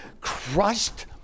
crushed